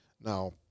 Now